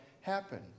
happen